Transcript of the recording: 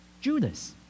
Judas